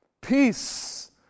Peace